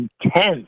intense